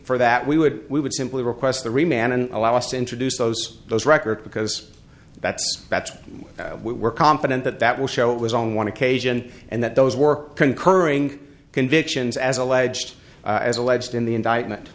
for that we would we would simply request the remain and allow us to introduce those those records because that's that's what we're confident that that will show it was on one occasion and that those were concurring convictions as alleged as alleged in the indictment